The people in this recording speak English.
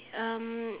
um